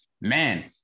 man